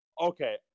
Okay